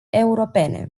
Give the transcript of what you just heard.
europene